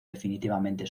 definitivamente